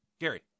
Gary